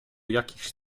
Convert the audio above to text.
jakichś